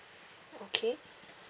okay